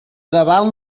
davant